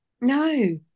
No